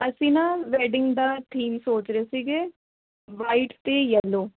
ਅਸੀਂ ਨਾ ਵੈਡਿੰਗ ਦਾ ਥੀਮ ਸੋਚ ਰਹੇ ਸੀਗੇ ਵਾਈਟ ਅਤੇ ਯੈਲੋ